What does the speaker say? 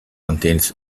contains